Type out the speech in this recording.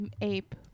ape